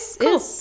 cool